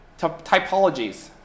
Typologies